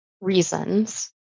reasons